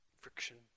friction